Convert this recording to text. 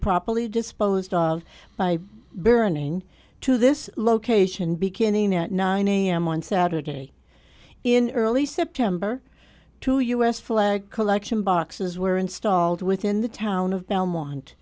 properly disposed of by burning to this location beginning at nine am on saturday in early september two u s flag collection boxes were installed within the town of